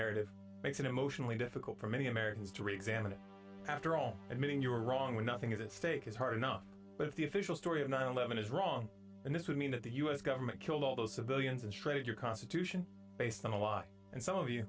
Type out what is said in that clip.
narrative makes an emotionally difficult for many americans to re examine it after all admitting you were wrong when nothing is at stake is hard enough but if the official story of nine eleven is wrong and this would mean that the us government killed all those civilians and shredded your constitution based on a lie and some of you